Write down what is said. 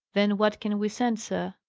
then what can we send, sir?